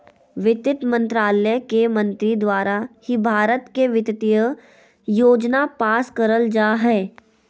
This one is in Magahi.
वित्त मन्त्रालय के मंत्री द्वारा ही भारत के वित्तीय योजना पास करल जा हय